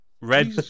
Red